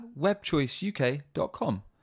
webchoiceuk.com